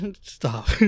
Stop